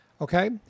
Okay